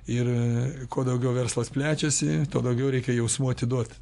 ir kuo daugiau verslas plečiasi tuo daugiau reikia jausmų atiduot